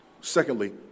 Secondly